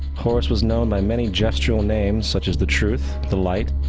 horus was known by many gestural names such as the truth, the light,